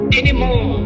anymore